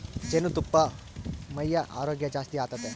ಜೇನುತುಪ್ಪಾ ಮೈಯ ಆರೋಗ್ಯ ಜಾಸ್ತಿ ಆತತೆ